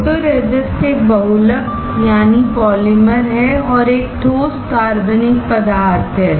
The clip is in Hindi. फोटोरेसिस्ट एक बहुलक है और एक ठोस कार्बनिक पदार्थ है